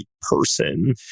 person